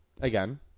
Again